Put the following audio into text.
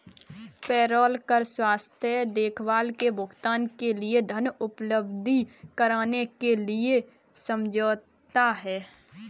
payroll कर स्वास्थ्य देखभाल के भुगतान के लिए धन उपलब्ध कराने के लिए समझौता है